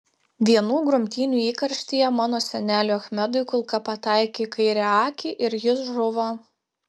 vienų grumtynių įkarštyje mano seneliui achmedui kulka pataikė į kairę akį ir jis žuvo